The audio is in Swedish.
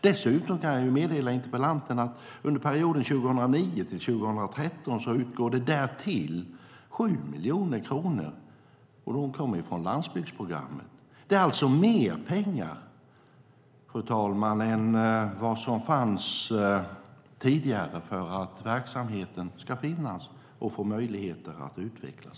Dessutom utgår det under perioden 2009-2013 7 miljoner kronor som kommer från landsbygdsprogrammet. Det är alltså mer pengar än vad som fanns tidigare för att verksamheten ska finnas och få möjlighet att utvecklas.